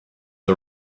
the